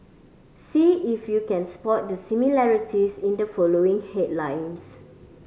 see if you can spot the similarities in the following headlines